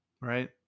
Right